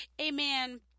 amen